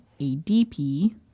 ADP